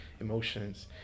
emotions